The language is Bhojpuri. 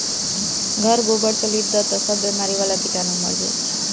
घर गोबर से लिप दअ तअ सब बेमारी वाला कीटाणु मर जाइ